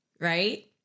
right